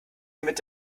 damit